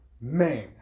Man